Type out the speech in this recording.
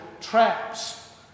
traps